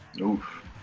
Oof